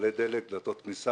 מכלי דלק,